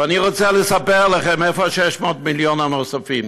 ואני רוצה לספר לכם איפה ה-600 מיליון הנוספים.